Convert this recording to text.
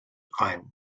rein